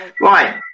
right